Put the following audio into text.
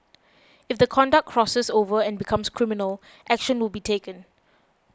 if the conduct crosses over and becomes criminal action will be taken